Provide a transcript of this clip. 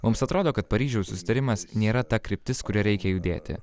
mums atrodo kad paryžiaus susitarimas nėra ta kryptis kuria reikia judėti